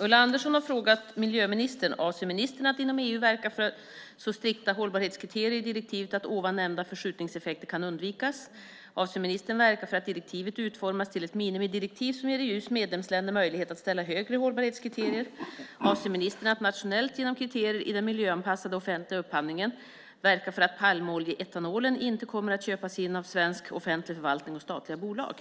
Ulla Andersson har frågat miljöministern följande: 1. Avser ministern att inom EU verka för så strikta hållbarhetskriterier i direktivet att nämnda förskjutningseffekter kan undvikas? 2. Avser ministern att verka för att direktivet utformas till ett minimidirektiv som ger EU:s medlemsländer möjlighet att ställa högre hållbarhetskriterier? 3. Avser ministern att nationellt, genom kriterier i den miljöanpassade offentliga upphandlingen, verka för att palmoljeetanolen inte kommer att köpas in av svensk offentlig förvaltning och statliga bolag?